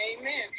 Amen